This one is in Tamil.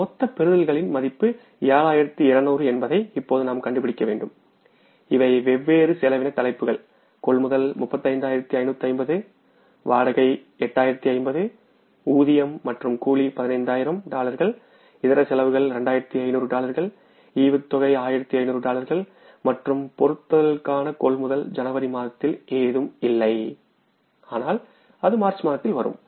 நாம் மொத்த பெறுதல்களின் மதிப்பு 7200 என்பதை இப்போது நாம் கண்டுபிடிக்க வேண்டும் இவை வெவ்வேறு செலவின தலைப்புகள் கொள்முதல் 35550 வாடகை 8050 ஊதியம் மற்றும் கூலி 15000 டாலர்கள் இதர செலவுகள் 2500 டாலர்கள் டிவிடெண்ட் 1500 டாலர்கள் மற்றும் பொருத்துதல்களுக்கான கொள்முதல் ஜனவரி மாதத்தில் எதுவும் இல்லை ஆனால் அது மார்ச் மாதத்தில் வரும்